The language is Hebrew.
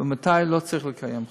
ומתי לא צריך לקיים חוק.